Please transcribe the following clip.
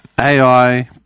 AI